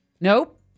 Nope